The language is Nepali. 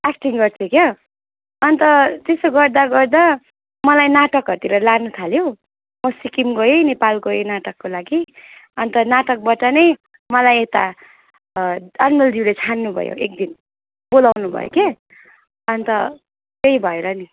एक्टिङ गर्थेँ क्या अनि त त्यसो गर्दा गर्दा मलाई नाटकहरूतिर लानु थाल्यो म सिक्किम गएँ नेपाल गएँ नाटकको लागि अनि त नाटकबाट नै मलाई यता अनमोल ज्यूले छान्नुभयो एकदिन बोलाउनुभयो के अनि त त्यही भएर नि